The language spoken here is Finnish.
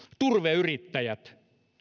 turveyrittäjät